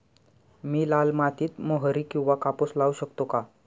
मी लाल मातीत मोहरी किंवा कापूस लावू शकतो का?